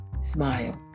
smile